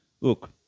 Look